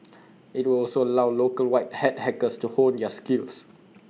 IT would also allow local white hat hackers to hone their skills